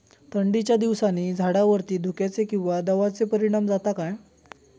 थंडीच्या दिवसानी झाडावरती धुक्याचे किंवा दवाचो परिणाम जाता काय?